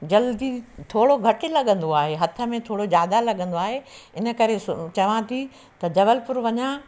जल्दी थोरो घटि लॻंदो आहे हथ में थोरो ज्यादा लॻंदो आहे हिन करे चवां थी त जबलपुर वञा